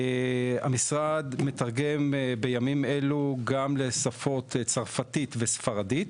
המשרד מתרגם בימים אלו גם לשפות: צרפתית וספרדית.